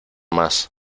más